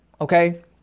Okay